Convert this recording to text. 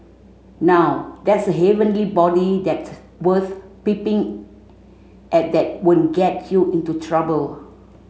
now that's a heavenly body that's worth peeping at that won't get you into trouble